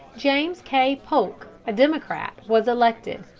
james k. polk, a democrat, was elected.